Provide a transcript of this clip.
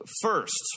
First